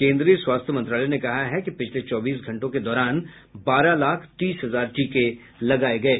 केन्द्रीय स्वास्थ्य मंत्रालय ने कहा है कि पिछले चौबीस घंटों के दौरान बारह लाख तीस हजार टीके लगाये गये